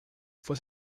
fue